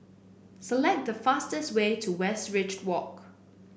select the fastest way to Westridge Walk